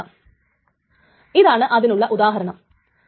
കാരണം T 2 ഈ X ൽ ആണ് എഴുതേണ്ടത്